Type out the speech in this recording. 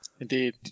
Indeed